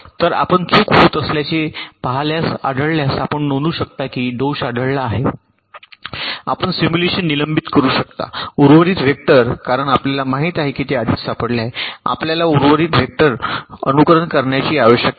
तर आपण चूक होत असल्याचे पहाल्यास आढळल्यास आपण नोंदवू शकता की दोष आढळला आहे आणि आपण सिम्युलेशन निलंबित करू शकता उर्वरित वेक्टर कारण आपल्याला माहित आहे की ते आधीच सापडले आहे आपल्याला उर्वरित वेक्टर अनुकरण करण्याची आवश्यकता नाही